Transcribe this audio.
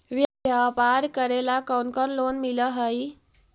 व्यापार करेला कौन कौन लोन मिल हइ?